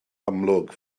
amlwg